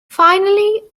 finally